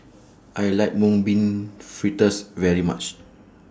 I like Mung Bean Fritters very much